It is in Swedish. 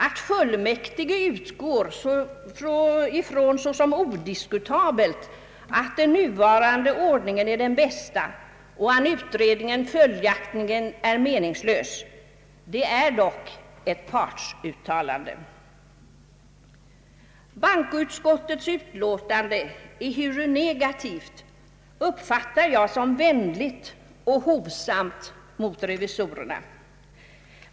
När fullmäktige utgår från såsom odiskutabelt att den nuvarande ordningen är den bästa och att en utredning följaktligen vore meningslös är det dock ett partsuttalande. Bankoutskottets utlåtande, ehuru negativt, uppfattar jag som vänligt och hovsamt mot revisorerna.